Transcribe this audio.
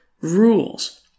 rules